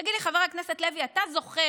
תגיד לי, חבר הכנסת לוי, אתה זוכר